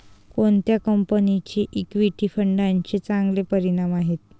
कोणत्या कंपन्यांचे इक्विटी फंडांचे चांगले परिणाम आहेत?